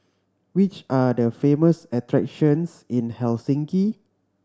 which are the famous attractions in Helsinki